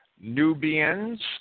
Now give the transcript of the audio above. Nubians